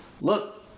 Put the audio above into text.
Look